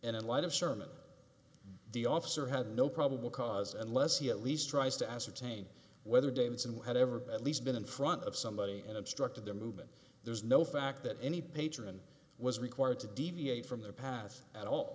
and in light of sherman the officer had no probable cause unless he at least tries to ascertain whether davidson had ever been at least been in front of somebody and obstructed their movement there's no fact that any patron was required to deviate from their path at all